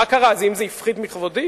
מה קרה, האם זה הפחית מכבודי?